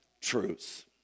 truths